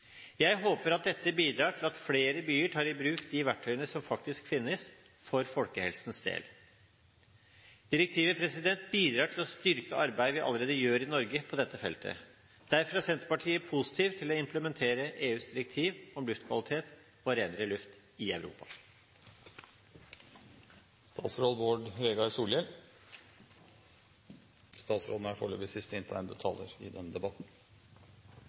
Jeg håper at dette bidrar til at flere byer tar i bruk de verktøyene som faktisk finnes, for folkehelsens del. Direktivet bidrar til å styrke arbeidet vi allerede gjør i Norge på dette feltet. Derfor er Senterpartiet positiv til å implementere EUs direktiv om luftkvalitet og renere luft i Europa. Direktivet om luftkvalitet og reinare luft for Europa er